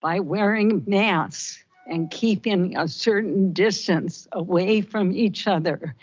by wearing masks and keeping a certain distance away from each other